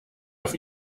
auf